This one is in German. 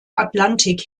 atlantik